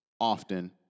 often